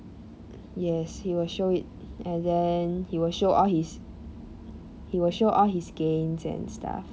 yes he will show it and then he will show all his he will show all his gains and stuff